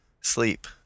sleep